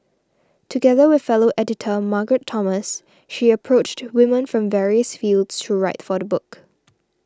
together with fellow editor Margaret Thomas she approached women from various fields to write for the book